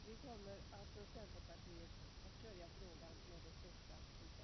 Vi kommer från centerpartiet att följa frågan med det största intresse.